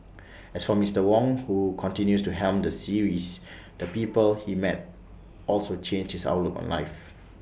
as for Mister Wong who continues to helm the series the people he met also changed his outlook on life